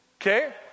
Okay